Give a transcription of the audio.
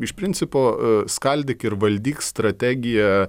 iš principo skaldyk ir valdyk strategija